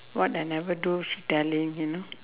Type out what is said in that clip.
what I never do she tell him you know